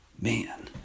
Man